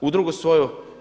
udrugu svoju.